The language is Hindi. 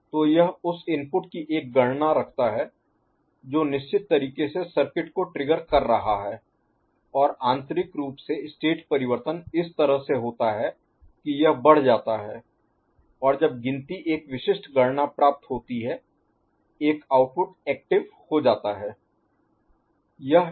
तो यह उस इनपुट की एक गणना रखता है जो निश्चित तरीके से सर्किट को ट्रिगर कर रहा है और आंतरिक रूप से स्टेट परिवर्तन इस तरह से होता है कि यह बढ़ जाता है और जब गिनती एक विशिष्ट गणना प्राप्त होती है एक आउटपुट एक्टिव Active सक्रिय हो जाता है